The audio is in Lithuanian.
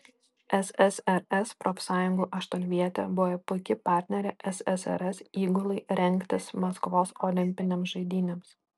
ssrs profsąjungų aštuonvietė buvo puiki partnerė ssrs įgulai rengtis maskvos olimpinėms žaidynėms